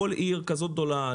כל עיר גדולה כזאת,